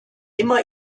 immer